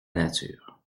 nature